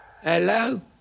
Hello